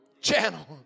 channel